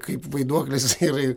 kaip vaiduoklis ir